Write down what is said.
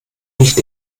nicht